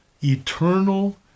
eternal